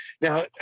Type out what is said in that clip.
Now